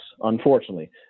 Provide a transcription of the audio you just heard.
unfortunately